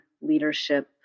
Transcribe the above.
leadership